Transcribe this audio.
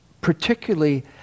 particularly